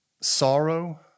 sorrow